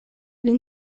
lin